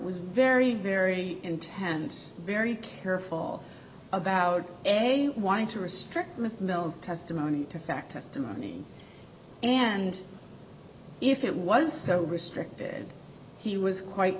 was very very intense very careful about a wanting to restrict miss mills testimony to fact testimony and if it was so restricted he was quite